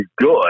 good